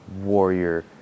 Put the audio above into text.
warrior